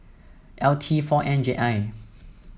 L T four N J I